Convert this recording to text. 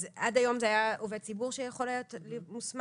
עד היום זה היה עובד ציבור שיכול היה להיות מוסמך,